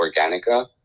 organica